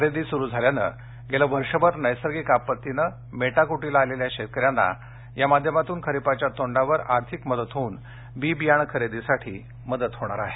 खरेदी सुरु झाल्यानं गेले वर्षभर नैसर्गिक आपत्तीनं मेटाकुटीस आलेल्या शेतकऱ्यांना या माध्यमातून खरिपाच्या तोंडावर आर्थिक मदत होऊन बि बियाणे खरेदीसाठी मदत होणार आहे